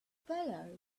feller